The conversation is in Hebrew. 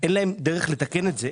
אין להם דרך לתקן את זה,